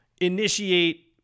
initiate